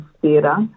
theatre